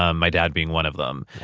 um my dad being one of them.